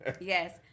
Yes